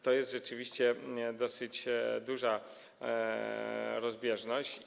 To jest rzeczywiście dosyć duża rozbieżność.